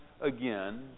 again